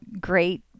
great